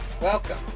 Welcome